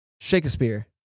Shakespeare